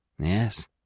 Yes